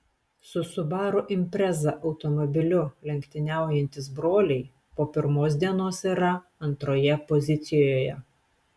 su subaru impreza automobiliu lenktyniaujantys broliai po pirmos dienos yra antroje pozicijoje